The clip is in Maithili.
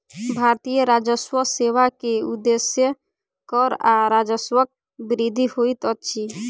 भारतीय राजस्व सेवा के उदेश्य कर आ राजस्वक वृद्धि होइत अछि